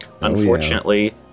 Unfortunately